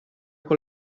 con